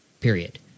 period